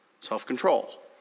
Self-control